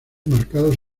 marcados